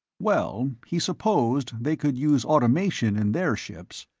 well, he supposed they could use automation in their ships.